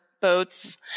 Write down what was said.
boats